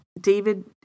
David